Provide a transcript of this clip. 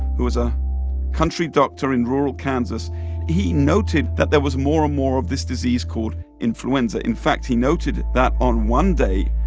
who was a country doctor in rural kansas he noted that there was more and more of this disease called influenza. in fact, he noted that on one day,